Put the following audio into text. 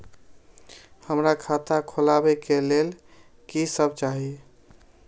हमरा खाता खोलावे के लेल की सब चाही?